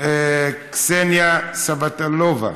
קסניה סבטלובה.